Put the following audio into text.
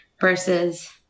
versus